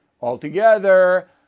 altogether